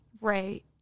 Right